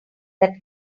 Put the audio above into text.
that